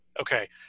okay